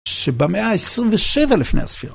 שבמאה ה-27 לפני הספירת.